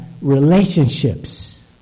relationships